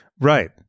Right